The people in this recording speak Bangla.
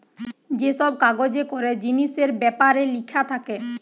যে সব কাগজে করে জিনিসের বেপারে লিখা থাকে